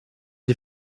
die